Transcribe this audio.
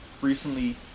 recently